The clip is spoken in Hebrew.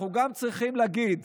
אנחנו גם צריכים להגיד: